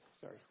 sorry